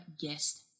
guest